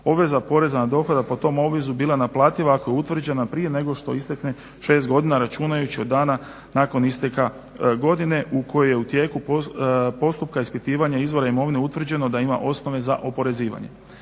obveza poreza na dohodak po tom obvezu bila naplativa ako je utvrđena prije nego što istekne šest godina računajući od dana nakon isteka godine u kojoj je u tijeku postupka ispitivanja izvora imovine utvrđeno da ima osnove za oporezivanje.